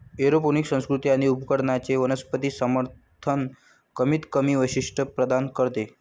aeroponic संस्कृती आणि उपकरणांचे वनस्पती समर्थन कमीतकमी वैशिष्ट्ये प्रदान करते